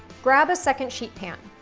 grab a second sheet pan.